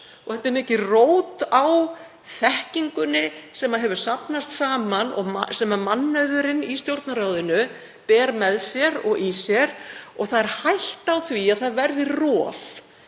Þetta er mikið rót á þekkingunni sem safnast hefur saman og sem mannauðurinn í Stjórnarráðinu ber með sér og í sér og er hætta á því að það verði rof.